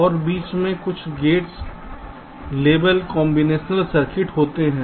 और बीच में कुछ गेट लेवल कॉम्बिनेशन सर्किट होते हैं